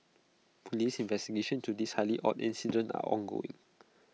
Police investigations to this highly odd incident are ongoing